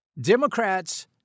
Democrats